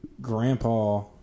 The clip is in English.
grandpa